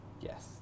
Yes